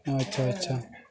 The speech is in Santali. ᱟᱪᱪᱷᱟ ᱟᱪᱪᱷᱟ